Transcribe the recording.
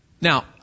Now